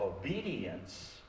obedience